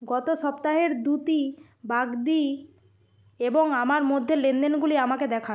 গত সপ্তাহের দ্যুতি বাগদি এবং আমার মধ্যের লেনদেনগুলি আমাকে দেখা